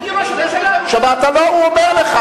אני ראש הממשלה, שמעת מה הוא אמר לך.